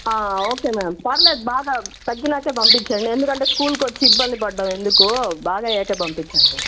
okay madam పర్లేదు బాగా తగ్గినాకే పంపించండి ఎందుకంటే స్కూల్కు వచ్చి ఇబ్బంది పడడం ఎందుకు బాగు అయ్యాకే పంపించండి